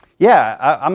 yeah, um